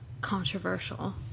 controversial